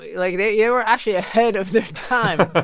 like they yeah were actually ahead of their time